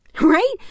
Right